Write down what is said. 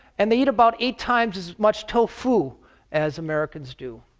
and they eat about eight times as much tofu as americans do.